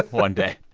one day.